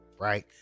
right